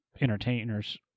entertainers